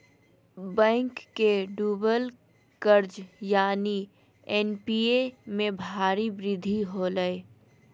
bank के डूबल कर्ज यानि एन.पी.ए में भारी वृद्धि होलय